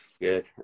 Good